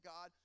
God